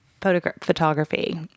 photography